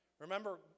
Remember